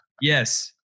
Yes